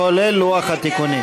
כולל לוח התיקונים.